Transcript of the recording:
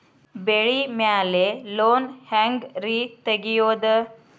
ಬೆಳಿ ಮ್ಯಾಲೆ ಲೋನ್ ಹ್ಯಾಂಗ್ ರಿ ತೆಗಿಯೋದ?